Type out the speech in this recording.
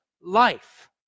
life